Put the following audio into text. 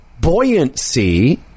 buoyancy